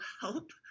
help